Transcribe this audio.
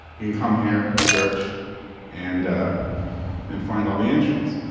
you can come here, search and ah and find all the entries.